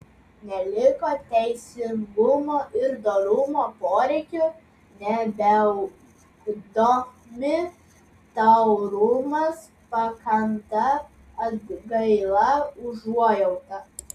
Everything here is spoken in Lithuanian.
neliko teisingumo ir dorumo poreikių nebeugdomi taurumas pakanta atgaila užuojauta